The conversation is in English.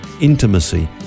intimacy